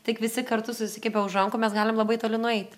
tik visi kartu susikibę už rankų mes galim labai toli nueiti